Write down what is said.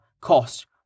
cost